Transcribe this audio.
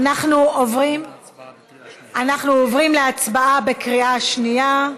אנחנו עוברים להצבעה בקריאה שנייה.